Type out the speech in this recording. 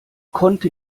konnte